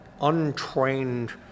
untrained